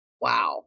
Wow